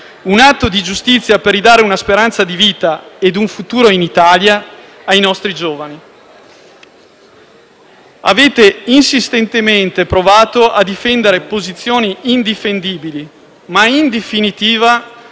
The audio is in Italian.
mondo del lavoro e per ridare una speranza di vita ed un futuro in Italia ai nostri giovani. Avete insistentemente provato a difendere posizioni indifendibili, ma in definitiva